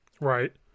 Right